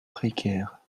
précaires